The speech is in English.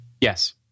yes